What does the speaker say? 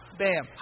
bam